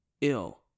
ill